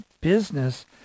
business